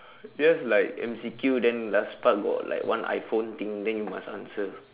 just like M_C_Q then last part got like one iPhone thing then you must answer